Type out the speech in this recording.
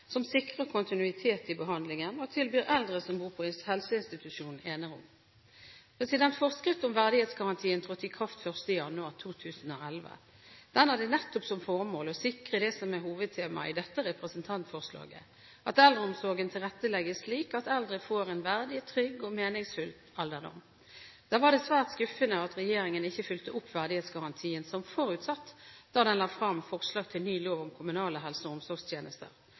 som sikrer kontinuitet i behandlingen, og tilby eldre som bor på helseinstitusjon, enerom. Forskrift om verdighetsgarantien trådte i kraft 1. januar 2011. Den hadde nettopp som formål å sikre det som er hovedtemaet i dette representantforslaget, at eldreomsorgen tilrettelegges slik at eldre får en verdig, trygg og meningsfull alderdom. Da var det svært skuffende at regjeringen ikke fulgte opp verdighetsgarantien som forutsatt da den la frem forslag til ny lov om kommunale helse- og omsorgstjenester.